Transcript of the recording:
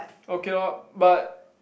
okay loh but